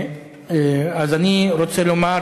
אז אני רוצה לומר